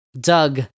Doug